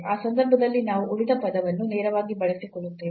ಆ ಸಂದರ್ಭದಲ್ಲಿ ನಾವು ಉಳಿದ ಪದವನ್ನು ನೇರವಾಗಿ ಬಳಸಿಕೊಳ್ಳುತ್ತೇವೆ